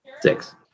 Six